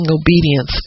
obedience